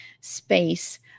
space